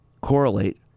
correlate